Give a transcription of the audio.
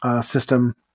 system